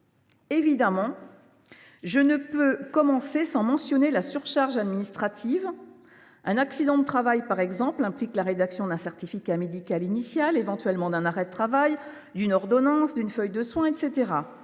évidemment commencer mon propos sans mentionner le problème de la surcharge administrative : un accident du travail, par exemple, implique la rédaction d’un certificat médical initial, éventuellement d’un arrêt de travail, d’une ordonnance, d’une feuille de soins, etc.